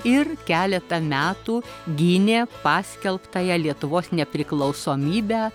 ir keletą metų gynė paskelbtąją lietuvos nepriklausomybę